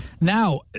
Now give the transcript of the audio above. Now